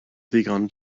ddigon